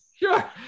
Sure